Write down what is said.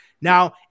Now